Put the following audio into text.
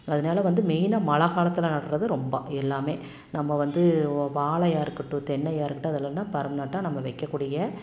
அதனால வந்து மெயினாக மழை காலத்தில் நடுறது ரொம்ப எல்லாமே நம்ப வந்து வாழையாக இருக்கட்டும் தென்னையாக இருக்கட்டும் அதில் எல்லாம் பர்மனன்டாக நம்ப வைக்க கூடிய